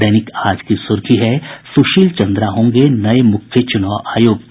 दैनिक आज की सुर्खी है सुशील चन्द्रा होंगे नये मुख्य चुनाव आयुक्त